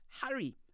hurry